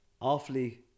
awfully